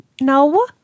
No